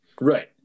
right